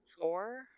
Four